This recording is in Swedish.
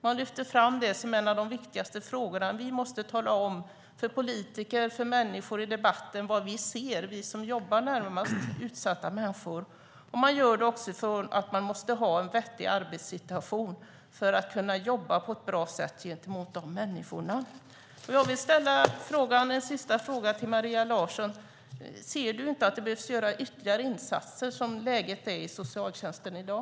Man lyfter fram detta som en av de viktigaste frågorna: Vi måste tala om för politiker och för människor i debatten vad vi som jobbar närmast utsatta människor ser. Man gör det också för att man måste ha en vettig arbetssituation för att kunna jobba på ett bra sätt gentemot dessa människor. Jag vill ställa en sista fråga till Maria Larsson. Ser du inte att det behöver göras ytterligare insatser som läget är i socialtjänsten i dag?